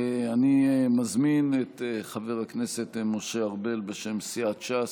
אני מזמין את חבר הכנסת משה ארבל בשם סיעת ש"ס,